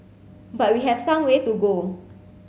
but we have some way to go